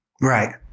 right